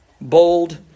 bold